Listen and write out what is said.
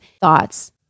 thoughts